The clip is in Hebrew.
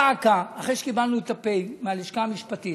דא עקא שאחרי שקיבלנו את הפ' מהלשכה המשפטית,